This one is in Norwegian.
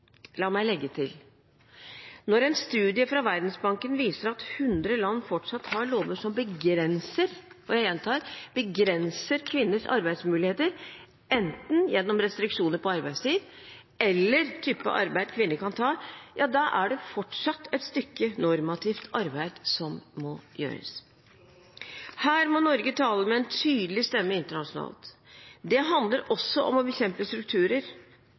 La meg legge til: Når en studie fra Verdensbanken viser at 100 land fortsatt har lover som begrenser – og jeg gjentar: begrenser – kvinners arbeidsmuligheter, enten gjennom restriksjoner på arbeidstid eller på type arbeid kvinner kan ta, da er det fortsatt et stykke normativt arbeid som må gjøres. Her må Norge tale med en tydelig stemme internasjonalt. Det handler også om å bekjempe strukturer.